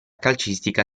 calcistica